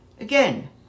Again